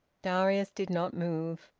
darius did not move.